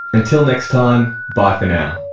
until next time, bye for now